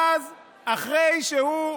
אחרי שהוא,